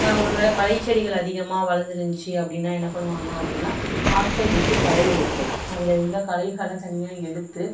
ஒருவேளை களைச்செடிகள் அதிகமாக வளந்துருந்துச்சி அப்படின்னா என்ன பண்ணுவாங்க அப்படின்னா ஆட்களை விட்டு களையெடுத்தல் அதில் உள்ள களைகள தனியாக எடுத்து